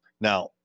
Now